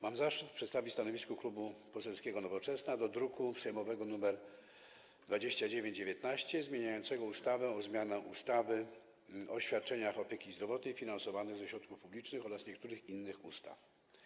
Mam zaszczyt przedstawić stanowisko Klubu Poselskiego Nowoczesna dotyczące projektu ustawy z druku sejmowego nr 2919 zmieniającego ustawę o zmianie ustawy o świadczeniach opieki zdrowotnej finansowanych ze środków publicznych oraz niektórych innych ustaw.